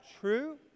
true